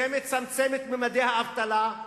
זה מצמצם את ממדי האבטלה,